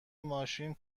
ماشین